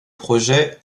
projet